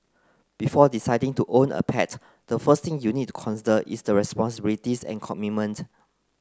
before deciding to own a pet the first thing you need to consider is the responsibilities and commitment